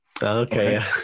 Okay